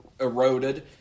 eroded